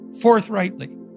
forthrightly